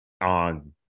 on